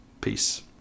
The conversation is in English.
Peace